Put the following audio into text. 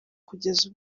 kugeza